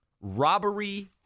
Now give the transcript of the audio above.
Robbery